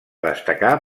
destacar